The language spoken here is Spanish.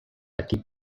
aquí